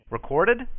Recorded